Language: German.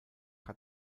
hat